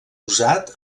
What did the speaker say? usat